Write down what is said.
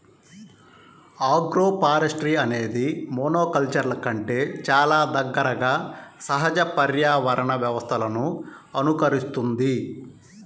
agroforestry అనేది మోనోకల్చర్ల కంటే చాలా దగ్గరగా సహజ పర్యావరణ వ్యవస్థలను అనుకరిస్తుంది